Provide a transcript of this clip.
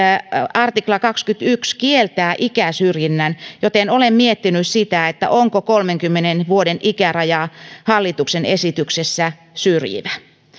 artikla kaksikymmentäyksi kieltää ikäsyrjinnän joten olen miettinyt sitä onko kolmenkymmenen vuoden ikäraja hallituksen esityksessä syrjivä